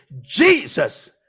Jesus